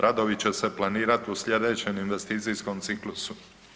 Radovi će se planirati u sljedećem investicijskom ciklusu.